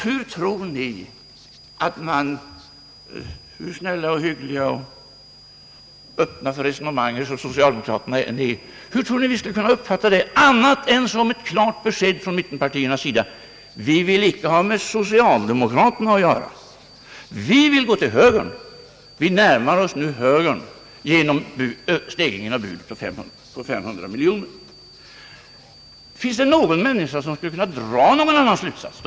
Hur tror ni att vi socialdemokrater — hur snälla och hyggliga och öppna för resonemang vi än är — skall kunna uppfatta detta annat än som ett klart besked från mittenpartierna. Vi vill inte ha med socialdemokraterna att göra. Vi vill gå till högern. Vi närmar oss nu högern genom en stegring av budet med 500 miljoner kronor. Finns det någon människa som skulle kunna dra en annan slutsats?